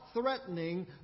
threatening